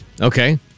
Okay